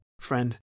friend